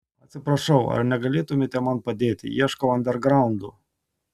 atsiprašau ar negalėtumėte man padėti ieškau andergraundo